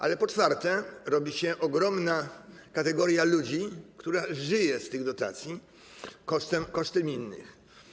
Ale, po czwarte, robi się ogromna kategoria ludzi, którzy żyją z tych dotacji kosztem innych.